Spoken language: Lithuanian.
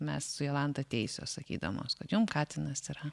mes su jolanta teisios sakydamos kad jum katinas yra